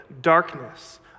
darkness